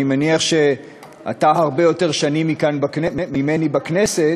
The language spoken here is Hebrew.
אני מניח שאתה הרבה יותר שנים ממני בכנסת